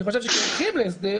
אני חושב שאם הולכים על זה,